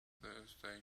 thursday